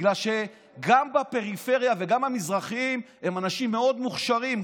בגלל שגם בפריפריה וגם המזרחים הם אנשים מאוד מוכשרים,